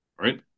right